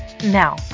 Now